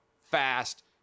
fast